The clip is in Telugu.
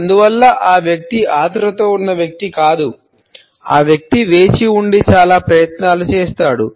అందువల్ల ఆ వ్యక్తి ఆతురుతలో ఉన్న వ్యక్తి కాదు ఆ వ్యక్తి వేచి ఉండి చాలా ప్రయత్నాలు చేస్తాడు